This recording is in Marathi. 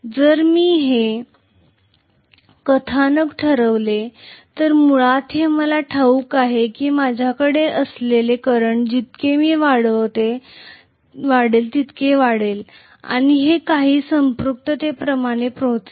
जर मी हे कथानक ठरविले तर मुळात हे मला ठाऊक आहे की माझ्याकडे असलेले करंट जितके मी वाढवितो ते वाढेल आणि ते काही संपृक्ततेपर्यंत पोचेल